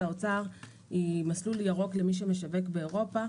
האוצר היא מסלול ירוק למי שמשווק באירופה,